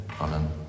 Amen